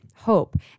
hope